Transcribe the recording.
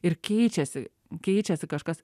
ir keičiasi keičiasi kažkas